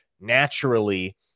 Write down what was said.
naturally